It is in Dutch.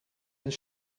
hun